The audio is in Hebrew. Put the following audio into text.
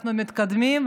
אנחנו מתקדמים,